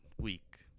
week